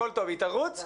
היא תרוץ,